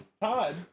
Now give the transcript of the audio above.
todd